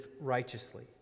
righteously